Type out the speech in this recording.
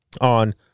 on